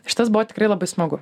šitas buvo tikrai labai smagu